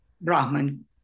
Brahman